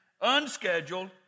unscheduled